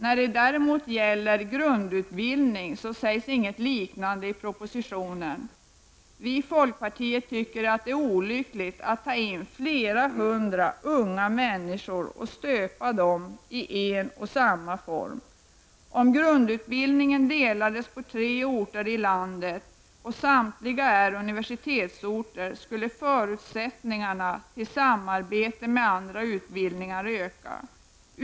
Det sägs däremot inget liknande i propositionen när det gäller grundutbildningen. Vi i folkpartiet anser det vara olyckligt att ta in flera hundra unga människor och stöpa dem i en och samma form. Om grundutbildningen delades upp på tre orter i landet och samtliga var universitetsorter, skulle förutsättningarna till samarbete med andra utbildningar öka.